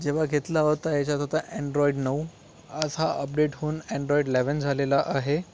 जेव्हा घेतला होता हेच्यात होता अँड्रॉइड नऊ आज हा अपडेट होऊन अँड्रॉइड लेवन झालेला आहे